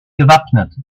gewappnet